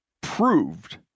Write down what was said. proved